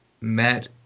met